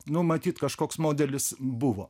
nu matyt kažkoks modelis buvo